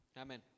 Amen